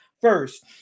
first